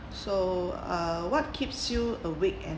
so uh what keeps you awake at